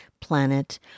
planet